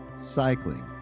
cycling